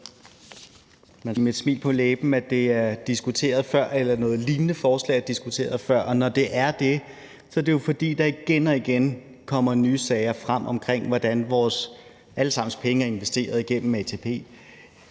man skal sige med et smil på læben – og sagt, at det er diskuteret før, eller at et lignende forslag er diskuteret før. Men når det er tilfældet, er det jo, fordi der igen og igen kommer nye sager frem, der handler om, hvordan vores alle sammens penge er investeret gennem ATP.